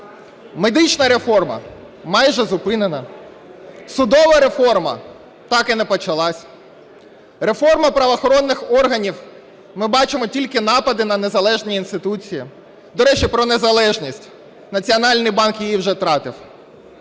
Медична реформа майже зупинена, судова реформа так і не почалася, реформа правоохоронних органів, ми бачимо тільки напади на незалежні інституції, до речі, про незалежність, Національний банк її вже втратив.